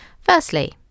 Firstly